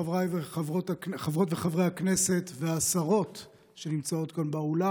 חבריי חברות וחברי הכנסת והשרות שנמצאות כאן באולם,